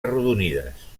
arrodonides